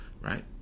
right